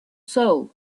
soul